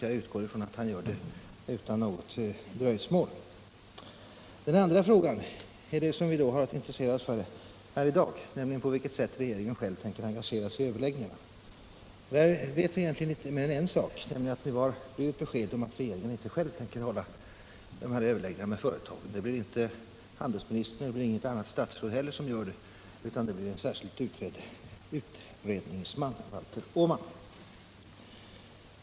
Jag utgår ifrån att han gör det utan dröjsmål. Den andra frågan blir då den som vi har att intressera oss för i dag, dvs. på vilket sätt regeringen själv tänker engagera sig i överläggningarna. Härvidlag vet vi egentligen inte mer än en sak, nämligen att regeringen har gett besked om att den själv inte tänker ha överläggningar med företagen. Det blir alltså inte handelsministern eller något annat statsråd utan en särskild utredningsman, Valter Åman, som skall förhandla.